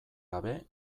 gabe